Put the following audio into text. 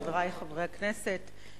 חברי חברי הכנסת,